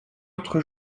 autre